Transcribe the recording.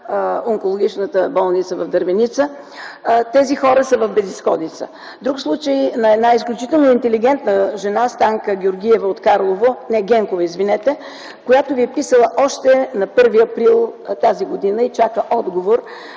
онкологичната болница в „Дървеница”. Тези хора са в безизходица. Друг случай – на една изключително интелигентна жена – Станка Георгиева Генкова от Карлово, която Ви е писала още на 1 април т.г., и чака отговор